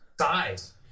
size